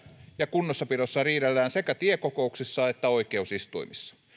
ja kunnossapidosta riidellään sekä tiekokouksissa että oikeusistuimissa